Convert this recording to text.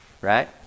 Right